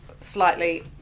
slightly